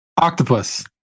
Octopus